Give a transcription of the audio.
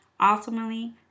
Ultimately